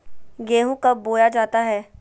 गेंहू कब बोया जाता हैं?